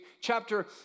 chapter